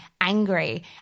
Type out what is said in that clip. angry